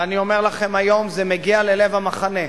ואני אומר לכם היום: זה מגיע ללב המחנה.